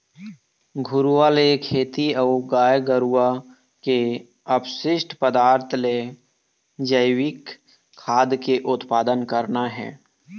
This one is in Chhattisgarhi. घुरूवा ले खेती अऊ गाय गरुवा के अपसिस्ट पदार्थ ले जइविक खाद के उत्पादन करना हे